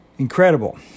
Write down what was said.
incredible